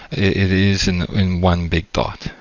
it is in in one big thought.